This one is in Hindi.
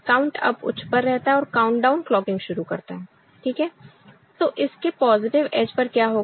काउंट अप उच्च पर रहता है और काउंटडाउन क्लॉकिंग शुरू करता है ठीक है तो इसके पॉजिटिव एज पर क्या होगा